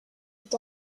est